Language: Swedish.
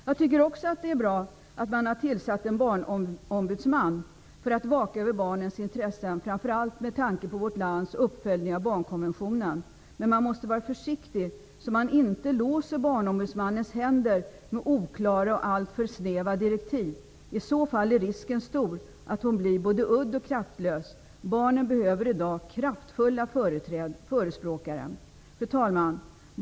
Jag tycker också att det är bra att man har tillsatt en barnombudsman för att vaka över barnens intressen, framför allt med tanke på vårt lands uppföljning av barnkonventionen. Men man måste vara försiktig så att man inte låser barnombudsmannens händer med oklara och alltför snäva direktiv. I så fall är risken stor att hon blir både udd och kraftlös. Barnen behöver i dag kraftfulla förespråkare. Fru talman!